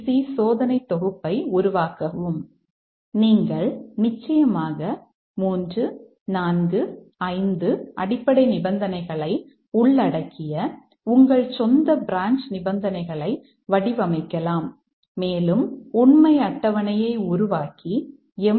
C சோதனை தொகுப்பை உருவாக்கவும் நீங்கள் நிச்சயமாக 3 4 5 அடிப்படை நிபந்தனைகளை உள்ளடக்கிய உங்கள் சொந்த பிரான்ச் நிபந்தனைகளை வடிவமைக்கலாம் மேலும் உண்மை அட்டவணையை உருவாக்கி எம்